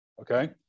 okay